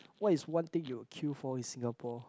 what's one thing you would queue for in Singapore